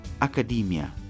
academia